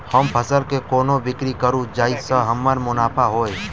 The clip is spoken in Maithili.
हम फसल केँ कोना बिक्री करू जाहि सँ हमरा मुनाफा होइ?